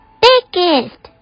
biggest